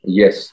yes